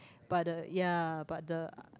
but the ya but the